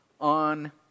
on